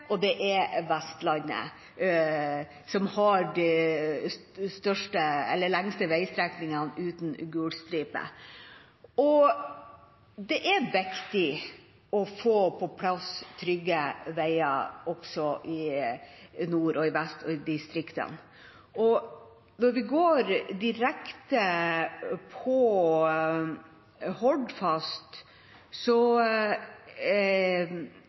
Vestlandet som har de lengste veistrekningene uten gul stripe. Det er viktig å få på plass trygge veier også i nord og i vest og i distriktene. Når vi går direkte på